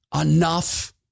enough